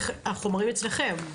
החומרים אצלכם.